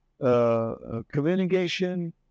Communication